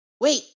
wait